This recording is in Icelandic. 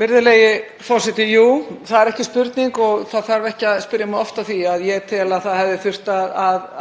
Virðulegi forseti. Jú, það er ekki spurning og það þarf ekki að spyrja mig oft að því. Ég tel að þurft hefði